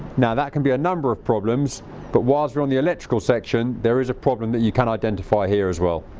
now that can be a number of problems but whilst we're on the electrical section there is a problem that you can kind of identify here as well.